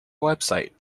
website